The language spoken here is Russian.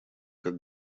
как